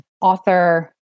author